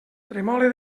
tremole